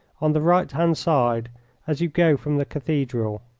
on the right-hand side as you go from the cathedral.